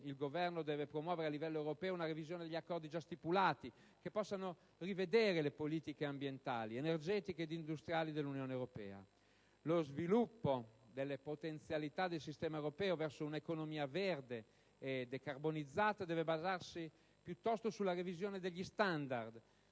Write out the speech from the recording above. il Governo deve promuovere a livello europeo una revisione degli accordi già stipulati, che possano rivedere le politiche ambientali, energetiche ed industriali dell'Unione europea. Lo sviluppo delle potenzialità del sistema europeo verso un'economia verde e decarbonizzata deve basarsi piuttosto sulla revisione degli standard